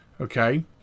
Okay